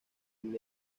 las